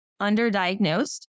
underdiagnosed